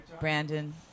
Brandon